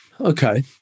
Okay